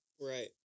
Right